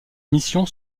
mission